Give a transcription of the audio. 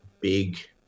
big